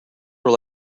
were